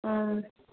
वह